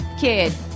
kid